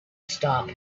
stop